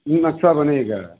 नक़्शा बनेगा